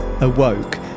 awoke